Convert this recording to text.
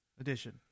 edition